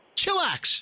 chillax